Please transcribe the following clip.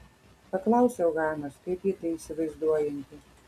paklausiau hanos kaip ji tai įsivaizduojanti